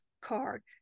card